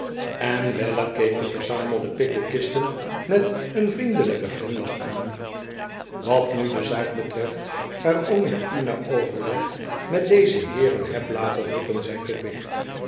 en weller keek de verzamelde pickwickisten met een vriendelijken glimlach aan n wat nu de zaak betreft waarom ik u na overleg met deze heeren heb laten roepen zei pickwick